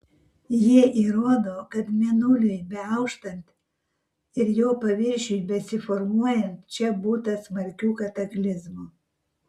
jie įrodo kad mėnuliui beauštant ir jo paviršiui besiformuojant čia būta smarkių kataklizmų